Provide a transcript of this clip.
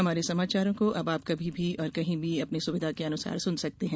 हमारे समाचारों को अब आप कभी भी और कहीं भी अपनी सुविधा के अनुसार सुन सकते हैं